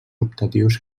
optatius